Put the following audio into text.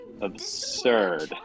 absurd